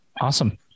Awesome